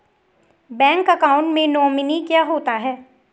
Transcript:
Bank account में nominee क्या होता है?